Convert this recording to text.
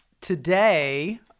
Today